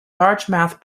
largemouth